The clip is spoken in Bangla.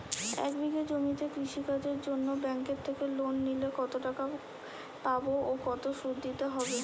এক বিঘে জমিতে কৃষি কাজের জন্য ব্যাঙ্কের থেকে লোন নিলে কত টাকা পাবো ও কত শুধু দিতে হবে?